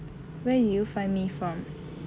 where did you find me from